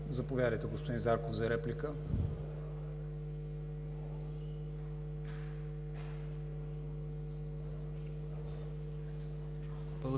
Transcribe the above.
Заповядайте, господин Зарков, за реплика.